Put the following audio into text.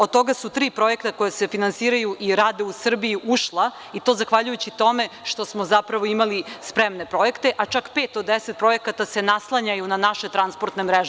Od toga su tri projekta koja se finansiraju i rade u Srbiji ušla i to zahvaljujući tome što smo zapravo imali spremne projekte, a čak pet od deset projekata se naslanjaju na naše transportne mreže.